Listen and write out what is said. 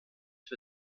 für